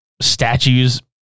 statues